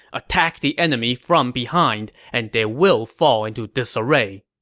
attack the enemy from behind, and they will fall into disarray.